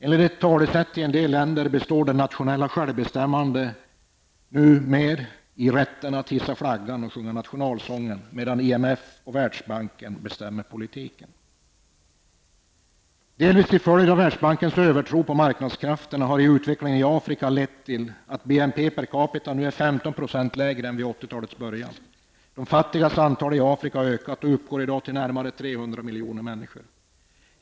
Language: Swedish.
Enligt ett talesätt i en del länder består den nationella självbestämmanderätten för fattiga länder numera i rätten att hissa flaggan och sjunga nationalsången, medan IMF och Världsbanken bestämmer politiken. Delvis till följd av Världsbankens övertro på marknadskrafterna har utvecklingen i Afrika lett till att BNP per capita nu är 15 % lägre än vid 80-talets början. De fattigas antal i Afrika har ökat och uppgår i dag till närmare 300 miljoner människor.